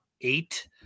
eight